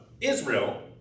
Israel